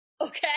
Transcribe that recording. okay